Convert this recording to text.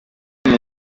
ese